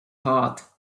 heart